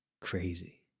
crazy